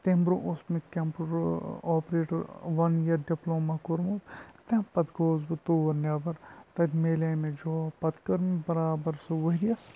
تمہِ برٛونٛہہ اوس مےٚ computer operator one year diploma کوٚرمُت تَمہِ پَتہٕ گوس بہٕ تور نیٚبَر تَتہِ میلے مےٚ جاب پَتہٕ کٔر مےٚ برابر سُہ ؤرۍ یَس